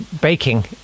baking